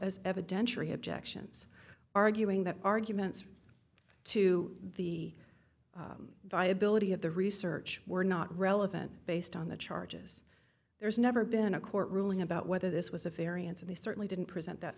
jackson's arguing that arguments to the viability of the research were not relevant based on the charges there's never been a court ruling about whether this was a variance and they certainly didn't present that